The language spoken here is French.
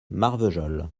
marvejols